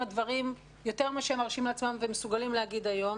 דברים יותר מאשר הם מרשים לעצמם ומסוגלים להגיד היום,